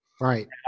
Right